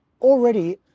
already